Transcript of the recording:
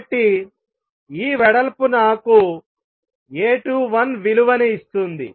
కాబట్టి ఈ వెడల్పు నాకు A21 విలువను ఇస్తుంది